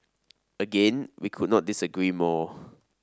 again we could not disagree more